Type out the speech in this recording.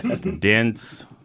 dense